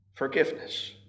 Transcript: Forgiveness